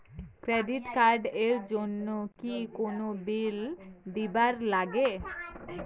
Credit card এর জন্যে কি কোনো বিল দিবার লাগে?